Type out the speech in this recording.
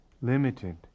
limited